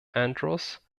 andrews